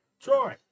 Troy